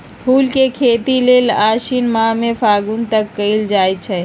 फूल के खेती लेल आशिन मास से फागुन तक कएल जाइ छइ